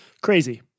crazy